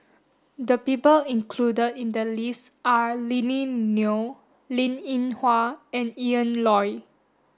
the people included in the list are Lily Neo Linn In Hua and Ian Loy